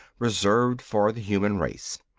reserved for the human race.